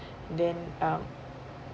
then um